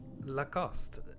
Lacoste